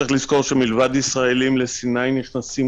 צריך לזכור שמלבד ישראלים כרגע נכנסים